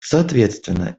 соответственно